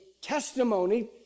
testimony